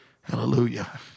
Hallelujah